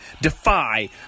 Defy